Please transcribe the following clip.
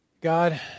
God